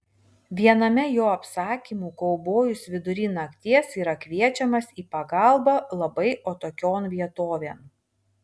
viename jo apsakymų kaubojus vidury nakties yra kviečiamas į pagalbą labai atokion vietovėn